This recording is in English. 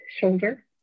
shoulder